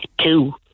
two